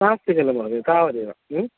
नास्ति खलु महोदय तावदेव ह्म्